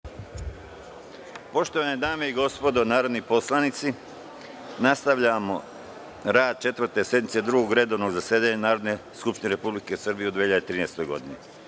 Poštovane dame i gospodo narodni poslanici, nastavljamo rad Četvrte sednice Drugog redovnog zasedanja Narodne skupštine Republike Srbije u 2013. godini. Na